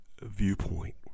viewpoint